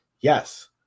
Yes